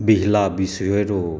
बिहला बिसगेरो